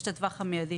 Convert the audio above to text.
יש את הטווח המיידי,